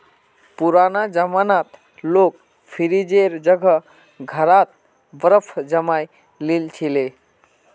पुराना जमानात लोग फ्रिजेर जगह घड़ा त बर्फ जमइ ली छि ले